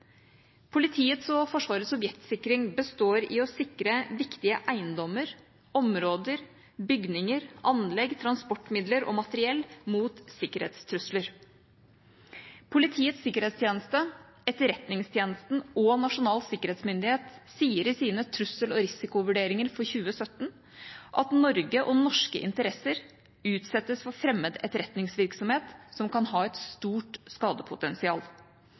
Politiets og Forsvarets objektsikring består i å sikre viktige eiendommer, områder, bygninger, anlegg, transportmidler og materiell mot sikkerhetstrusler. Politiets sikkerhetstjeneste, Etterretningstjenesten og Nasjonal sikkerhetsmyndighet sier i sine trussel- og risikovurderinger for 2017 at Norge og norske interesser utsettes for fremmed etterretningsvirksomhet som kan ha et stort skadepotensial.